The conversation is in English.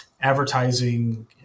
advertising